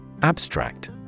Abstract